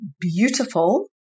beautiful